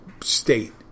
state